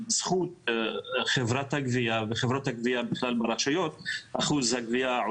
בזכות חברת הגבייה ובכלל חברות הגבייה ברשויות,